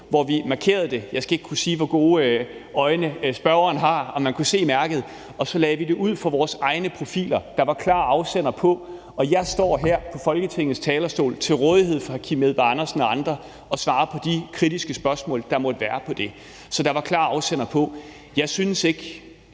hvor vi markerede det – jeg skal ikke kunne sige, hvor gode øjne spørgeren har, og om han kunne se mærket – og så lagde vi det ud fra vores egne profiler, der var altså klar afsender på. Og jeg står her på Folketingets talerstol til rådighed for hr. Kim Edberg Andersen og andre og svarer på de kritiske spørgsmål, der måtte være til det. Så der var klar afsender på. Jeg synes ikke,